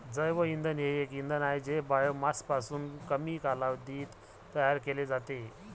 जैवइंधन हे एक इंधन आहे जे बायोमासपासून कमी कालावधीत तयार केले जाते